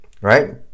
right